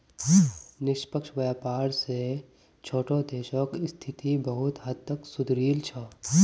निष्पक्ष व्यापार स छोटो देशक स्थिति बहुत हद तक सुधरील छ